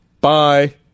Bye